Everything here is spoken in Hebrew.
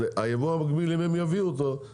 הוא יהיה של היבואן המקביל ולא ההפך.